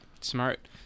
Smart